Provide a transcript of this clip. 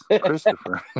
Christopher